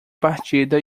partida